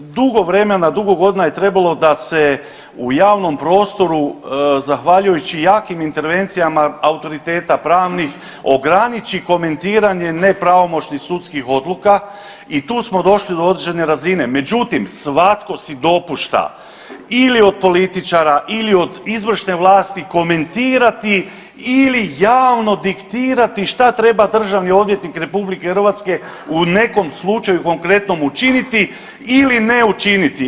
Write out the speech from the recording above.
Dugo vremena i dugo godina je trebalo da se u javnom prostoru zahvaljujući jakim intervencijama autoriteta pravnih ograniči komentiranje nepravomoćnih sudskih odluka i tu smo došli do određene razine, međutim svatko si dopušta ili od političara ili od izvršne vlasti komentirati ili javno diktirati šta treba državni odvjetnik RH u nekom slučaju konkretnom učiniti ili ne učiniti.